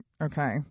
Okay